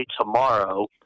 tomorrow